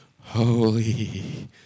holy